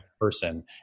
person